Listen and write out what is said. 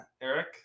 Eric